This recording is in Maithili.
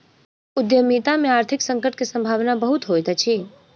उद्यमिता में आर्थिक संकट के सम्भावना बहुत होइत अछि